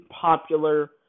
popular